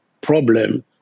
problem